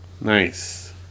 Nice